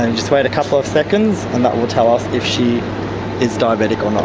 and just wait a couple of seconds and that will tell us if she is diabetic or not,